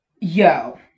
yo